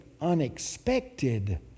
unexpected